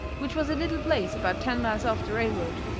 which was a little place about ten miles off the railroad,